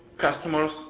customers